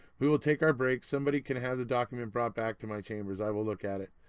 we will take our break. somebody can have the document brought back to my chambers. i will look at it.